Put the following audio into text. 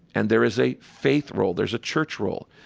and there is a faith role. there's a church role.